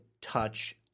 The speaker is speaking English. touch